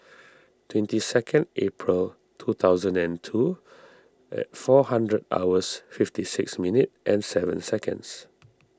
twentieth April two thousand and two and four hundred hours fifty six minutes and seven seconds